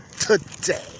today